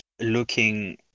looking